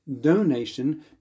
donation